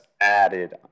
added